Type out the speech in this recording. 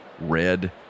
red